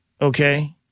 okay